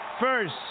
first